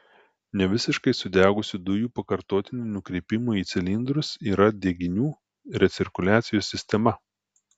nevisiškai sudegusių dujų pakartotiniam nukreipimui į cilindrus yra deginių recirkuliacijos sistema